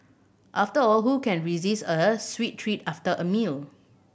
after all who can resist a sweet treat after a meal